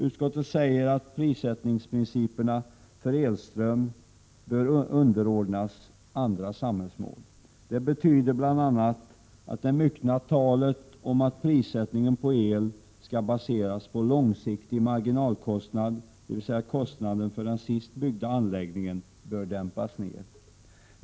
Utskottet säger att prissättningsprinciperna för elström bör underordnas andra samhällsmål. Detta betyder bl.a. att det myckna talet om att prissättningen på el skall baseras på långsiktig marginalkostnad — dvs. kostnaden för den sist byggda anläggningen — bör dämpas.